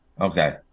Okay